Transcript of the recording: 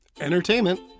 entertainment